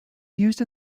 used